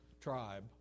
tribe